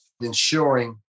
ensuring